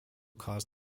caused